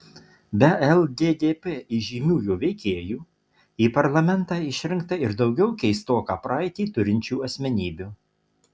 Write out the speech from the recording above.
be lddp įžymiųjų veikėjų į parlamentą išrinkta ir daugiau keistoką praeitį turinčių asmenybių